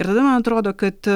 ir tada man atrodo kad